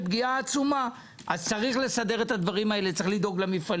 תמיד הם מסבירים.